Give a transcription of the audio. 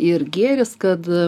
ir gėris kad